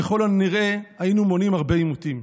ככל הנראה היינו מונעים הרבה עימותים.